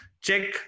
check